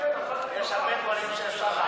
יש הרבה דברים שאפשר לעשות,